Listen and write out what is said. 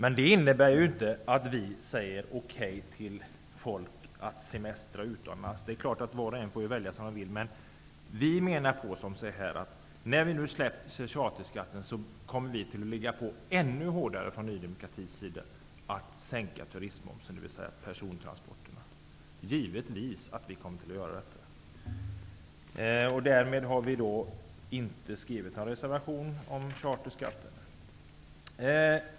Men det innebär inte att vi tycker att det är okej att folk semestrar utomlands -- var och en får naturligtvis välja som den vill. Men vi i Ny demokrati menar att om charterskatten tas bort kommer Ny demokrati givetvis att ligga på ännu hårdare när det gäller kravet att sänka turistmomsen, dvs. när det gäller persontransporterna. Därför har Ny demokrati inte skrivit någon reservation om charterskatten.